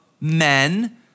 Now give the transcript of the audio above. Men